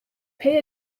pay